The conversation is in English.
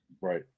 Right